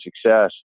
success